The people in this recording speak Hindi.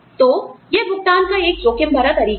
तो यह भुगतान का एक जोखिमभरा तरीका है